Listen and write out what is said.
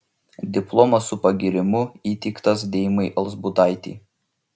diplomas su pagyrimu įteiktas deimai alzbutaitei